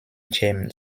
jane